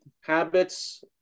habits